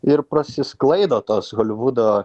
ir prasisklaido tos holivudo